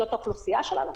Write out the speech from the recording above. זו האוכלוסייה שלנו,